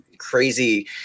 crazy